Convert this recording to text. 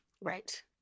Right